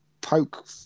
poke